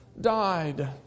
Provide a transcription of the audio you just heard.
died